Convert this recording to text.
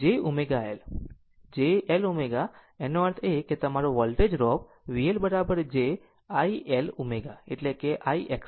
j L ω એનો અર્થ એ કે તમારું voltage drop VL j I L ω એટલે કે I XL